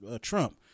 Trump